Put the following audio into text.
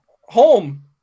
home